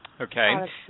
Okay